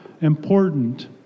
important